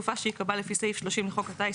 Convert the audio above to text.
5. תחבורה שדה תעופה שייקבע לפי סעיף 30 לחוק הטיס,